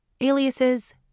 Aliases